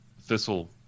Thistle